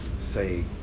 say